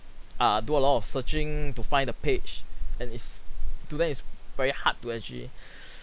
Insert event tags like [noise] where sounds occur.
err do a lot of searching to find the page and is to them is very hard to actually [breath]